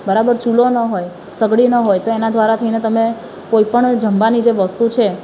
બરાબર ચૂલો ન હોય સગડી ન હોય તો એના દ્વારા થઇને તમે કોઈ પણ જમવાની જે વસ્તુ છે